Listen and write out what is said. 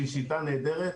שהיא שיטה נהדרת,